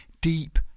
Deep